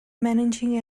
managing